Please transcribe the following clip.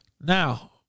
now